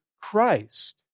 Christ